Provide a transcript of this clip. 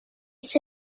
its